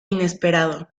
inesperado